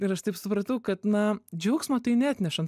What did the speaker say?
ir aš taip supratau kad na džiaugsmo tai neatneša